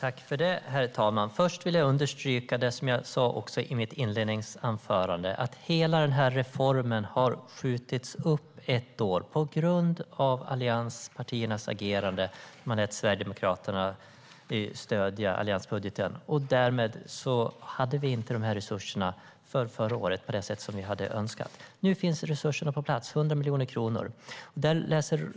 Herr talman! Först vill jag understryka det som jag också sa i mitt inledningsanförande, nämligen att hela den här reformen har skjutits upp ett år på grund av allianspartiernas agerande. Man lät Sverigedemokraterna stödja alliansbudgeten, och därmed hade vi inte de här resurserna för förra året på det sätt som vi skulle ha önskat. Nu finns resurserna på plats. Det är 100 miljoner kronor.